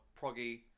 proggy